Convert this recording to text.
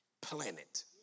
planet